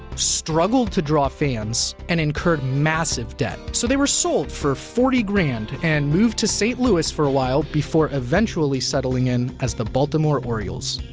struggled to draw fans, and incurred massive debt, so they were sold for forty grand and moved to st. louis for a while before eventually settling in as the baltimore orioles.